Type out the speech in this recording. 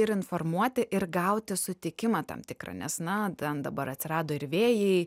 ir informuoti ir gauti sutikimą tam tikrą nes na ten dabar atsirado ir vėjai